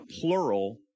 plural